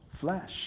flesh